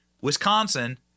Wisconsin